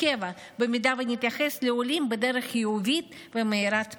קבע אם נתייחס לעולים בדרך חיובית ומאירת פנים.